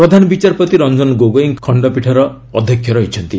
ପ୍ରଧାନବିଚାରପତି ରଞ୍ଜନ ଗୋଗୋଇ ଖଣ୍ଡପୀଠର ଅଧ୍ୟକ୍ଷ ରହିଛନ୍ତି